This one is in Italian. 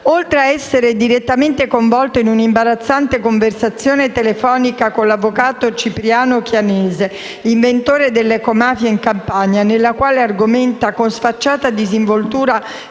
Oltre a essere direttamente coinvolto in una imbarazzante conversazione telefonica con l'avvocato Cipriano Chianese, inventore delle ecomafie in Campania, nella quale argomenta con sfacciata disinvoltura